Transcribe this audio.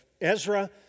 Ezra